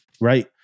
right